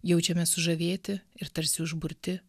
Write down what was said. jaučiamės sužavėti ir tarsi užburti